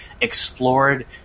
explored